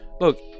look